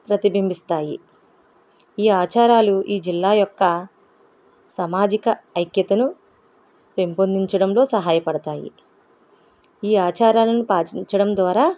ప్రతిబింబిస్తాయి ఈ ఆచారాలు ఈ జిల్లా యొక్క సామాజిక ఐక్యతను పెంపొందించడంలో సహాయపడతాయి ఈ ఆచారాలను పాటించడం ద్వారా